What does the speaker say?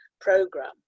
program